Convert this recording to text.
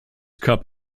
cup